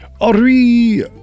Ari